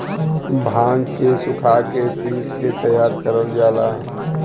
भांग के सुखा के पिस के तैयार करल जाला